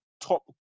top